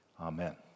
Amen